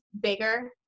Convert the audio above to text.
bigger